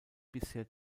bisher